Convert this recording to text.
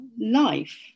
life